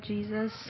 Jesus